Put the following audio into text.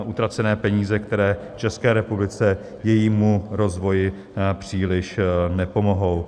Utracené peníze, které České republice, jejímu rozvoji příliš nepomohou.